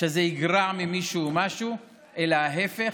שזה יגרע ממישהו משהו אלא ההפך,